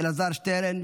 אלעזר שטרן,